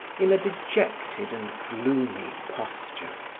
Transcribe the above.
in a dejected and gloomy posture.